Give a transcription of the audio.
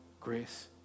grace